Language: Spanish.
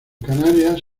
canarias